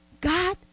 God